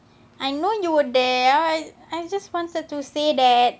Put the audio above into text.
I know you were that I I just wanted to say that